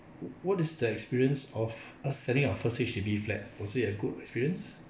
what is the experience of us selling our first H_D_B flat was it a good experience